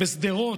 בשדרות.